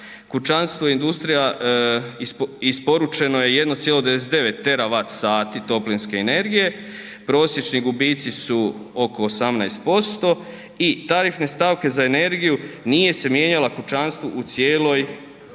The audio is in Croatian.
Kućanstvo industrija isporučeno je 1,99 derivat sati toplinske energije, prosječni gubici su ok 18% i tarifne stavke za energiju nije se mijenjala u kućanstvu u cijeloj 2018.